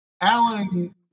Alan